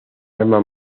arma